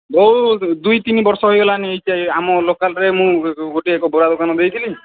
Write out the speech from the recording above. ବହୁତ ଦୁଇ ତିନି ବର୍ଷ ହେଇଗଲାଣିି ଏଇ ଆମ ଲୋକାଲ୍ରେ ମୁଁ ଗୋଟେ ଏକ ବରା ଦୋକାନ ଦେଇଥିଲି